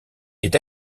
est